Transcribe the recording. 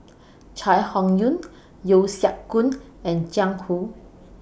Chai Hon Yoong Yeo Siak Goon and Jiang Hu